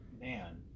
man